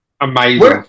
amazing